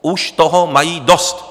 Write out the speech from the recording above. Už toho mají dost!